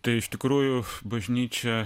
tai iš tikrųjų bažnyčia